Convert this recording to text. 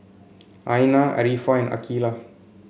Aina Arifa and Aqeelah